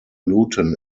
luton